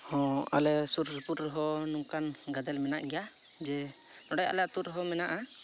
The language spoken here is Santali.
ᱦᱮᱸ ᱟᱞᱮ ᱥᱩᱨᱥᱩᱯᱩᱨ ᱨᱮᱦᱚᱸ ᱱᱚᱝᱠᱟᱱ ᱜᱟᱫᱮᱞ ᱢᱮᱱᱟᱜ ᱜᱮᱭᱟ ᱡᱮ ᱚᱸᱰᱮ ᱟᱞᱮ ᱟᱛᱳ ᱨᱮᱦᱚᱸ ᱢᱮᱱᱟᱜᱼᱟ